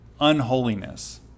unholiness